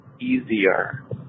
easier